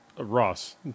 Ross